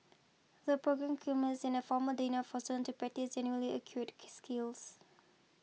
the programme culminates in a formal dinner for students to practise their newly acquired skills